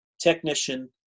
technician